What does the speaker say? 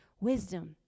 Wisdom